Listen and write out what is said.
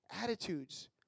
attitudes